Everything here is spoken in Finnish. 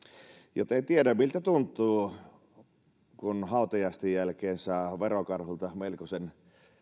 joten tiedän miltä tuntuu kun hautajaisten jälkeen saa verokarhulta melkoisen